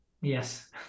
Yes